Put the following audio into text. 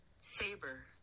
Saber